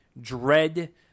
dread